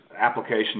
application